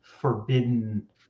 forbidden